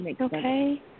Okay